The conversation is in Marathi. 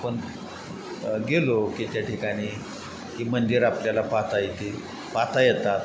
आपण गेलो की त्या ठिकाणी ही मंदिर आपल्याला पाहता येतील पाहता येतात